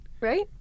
Right